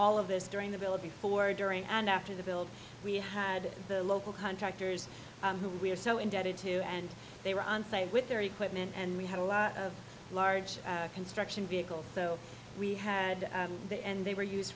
all of this during the build before during and after the build we had the local contractors who we are so indebted to and they were on site with their equipment and we had a lot of large construction vehicles so we had the end they were used